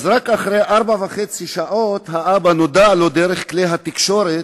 אז רק אחרי ארבע שעות וחצי נודע לאבא דרך כלי התקשורת,